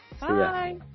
bye